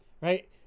right